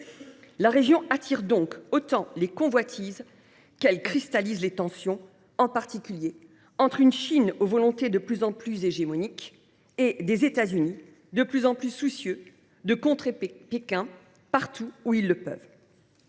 La région attire donc autant les convoitises qu’elle cristallise les tensions, en particulier entre une Chine aux volontés de plus en plus hégémoniques et des États Unis de plus en plus soucieux de contrer Pékin partout où ils le peuvent.